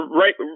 right